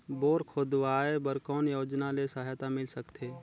Bore खोदवाय बर कौन योजना ले सहायता मिल सकथे?